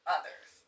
others